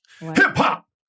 Hip-hop